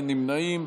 אין נמנעים.